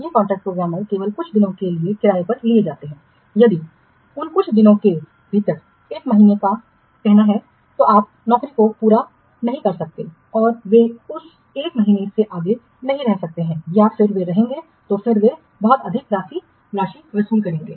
ये contract programmer केवल कुछ दिनों के लिए किराए पर लिए जाते हैं यदि उन कुछ दिनों के भीतर 1 महीने का कहना है तो आप नौकरी को पूरा नहीं कर सकते हैं तो वे उस 1 महीने से आगे नहीं रह सकते हैं या यदि वे रहेंगे तो फिर से वे बहुत अधिक राशि वसूल करेंगे